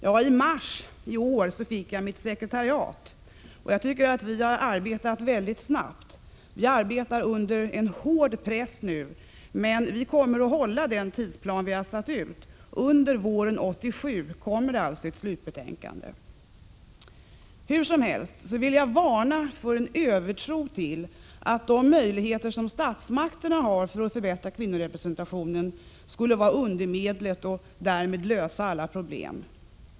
Jag fick mitt sekretariat i mars detta år, och jag tycker att vi har arbetat mycket snabbt. Vi arbetar nu under hård press, men vi kommer att hålla den av oss uppgjorda tidsplanen. Under våren 1987 kommer ett slutbetänkande att framläggas. Jag vill dock varna för en övertro på att de möjligheter statsmakterna har för att förbättra kvinnorepresentationen skulle vara undermedlet och därmed lösa alla problem.